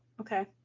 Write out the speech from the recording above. Okay